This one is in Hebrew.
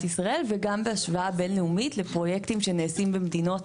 ישראל וגם בהשוואה בין לאומית לפרויקטים שנעשים במדינות,